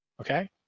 okay